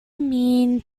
mean